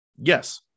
Yes